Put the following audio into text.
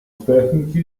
техніки